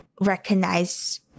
recognize